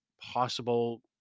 possible